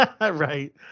Right